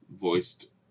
voiced